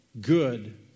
good